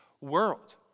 world